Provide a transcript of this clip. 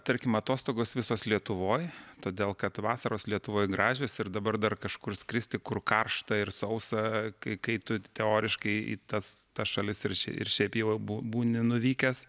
tarkim atostogos visos lietuvoj todėl kad vasaros lietuvoj gražios ir dabar dar kažkur skristi kur karšta ir sausa kai kai tu teoriškai į tas šalis ir ir šiaip jau bū būni nuvykęs